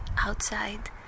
outside